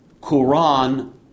Quran